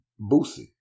Boosie